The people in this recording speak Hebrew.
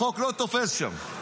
החוק לא תופס שם.